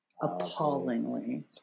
Appallingly